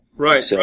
Right